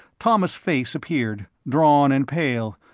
thomas face appeared, drawn and pale,